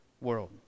world